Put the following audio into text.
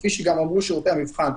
כפי שגם אמרו שירותי המבחן,